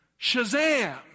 Shazam